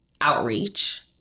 outreach